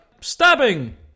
stabbing